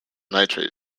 nitrate